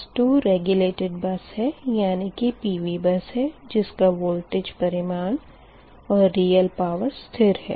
बस 2 regulated bus है यानी की PV बस है जिसका वोल्टेज परिमाण और रियल पावर स्थिर है